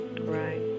right